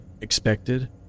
expected